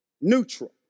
neutral